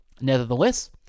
Nevertheless